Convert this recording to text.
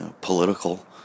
political